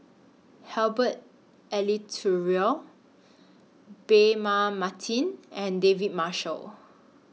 Herbert Eleuterio Braema Mathi and David Marshall